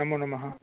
नमो नमः